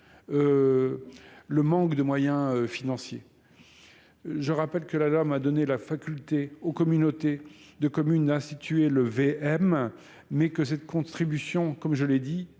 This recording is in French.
le manque de moyens financiers Je rappelle que la Lom a donné la faculté aux communautés de communes institué le V. M. M, mais que cette contribution, comme je l'ai dit,